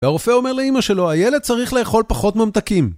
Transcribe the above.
והרופא אומר לאמא שלו, הילד צריך לאכול פחות ממתקים.